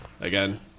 Again